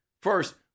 First